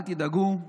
אל תדאגו.